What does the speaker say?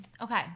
Okay